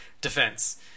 defense